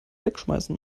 wegschmeißen